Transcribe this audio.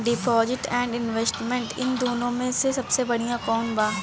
Deposit and investment इन दुनो मे से सबसे बड़िया कौन बा?